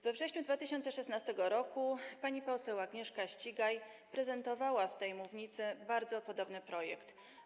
We wrześniu 2016 r. pani poseł Agnieszka Ścigaj prezentowała z tej mównicy bardzo podobny projekt.